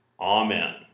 Amen